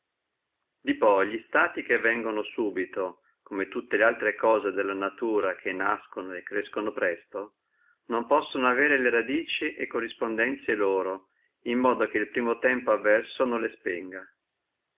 poi li stati che vengano subito come tutte laltre cose della natura che nascono e crescono presto non possono avere le barbe e correspondenzie loro in modo che l primo tempo avverso non le spenga